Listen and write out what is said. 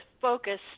focus